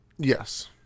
Yes